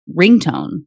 ringtone